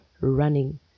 running